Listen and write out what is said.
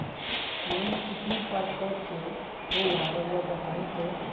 Loan कितने पारकर के होला रऊआ बताई तो?